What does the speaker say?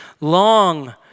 long